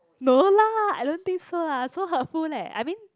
no lah I don't think so lah so her phone leh I mean